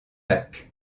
lacs